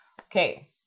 Okay